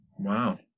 Wow